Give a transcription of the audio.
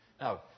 Now